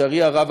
לצערי הרב,